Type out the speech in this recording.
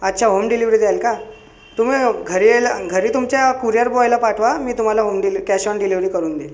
अच्छा home delivery द्याल का तुम्ही घरी यायला घरी तुमच्या कुरियर बॉयला पाठवा मी तुम्हाला होम डिले कॅश ऑन डिलेवरी करून देईन